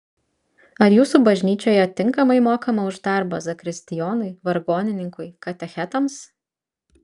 ar jūsų bažnyčioje tinkamai mokama už darbą zakristijonui vargonininkui katechetams